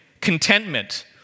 Contentment